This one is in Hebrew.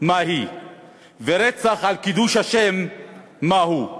מהי ורצח על קידוש השם מהו.